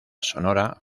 sonora